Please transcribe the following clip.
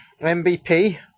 MVP